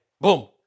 Boom